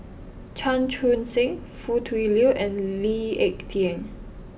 Chan Chun Sing Foo Tui Liew and Lee Ek Tieng